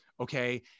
okay